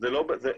זה לא במקום.